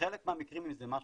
בחלק מהמקרים זה משהו,